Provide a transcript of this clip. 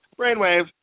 brainwave